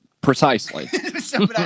Precisely